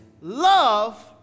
Love